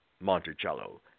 Monticello